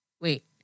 wait